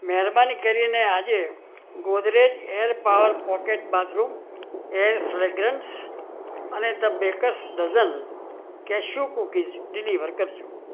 મહેરબાની કરીને આજે Godrej air power pocket bathroom air fragrance અને the bakers dozen cashew cookies deliver કરજો